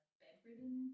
bedridden